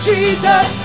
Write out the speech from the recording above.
Jesus